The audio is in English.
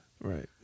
Right